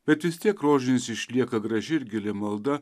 bet vis tiek rožinis išlieka graži ir gili malda